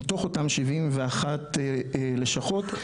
מתוך אותם 71 לשכות,